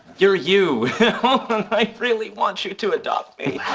you're you. and i really want you to adopt me.